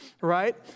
right